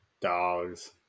dogs